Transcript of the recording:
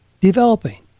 developing